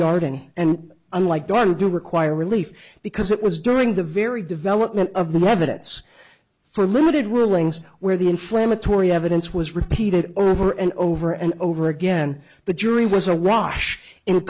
darting and unlike don you require a relief because it was during the very development of the evidence for limited rulings where the inflammatory evidence was repeated over and over and over again the jury was a